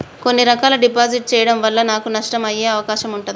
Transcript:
కొన్ని రకాల డిపాజిట్ చెయ్యడం వల్ల నాకు నష్టం అయ్యే అవకాశం ఉంటదా?